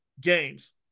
games